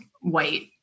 white